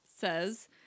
says